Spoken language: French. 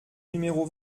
numéro